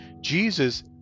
Jesus